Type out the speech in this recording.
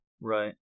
Right